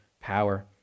power